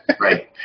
Right